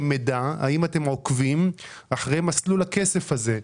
אתם עוקבים אחרי מסלול הכסף הזה?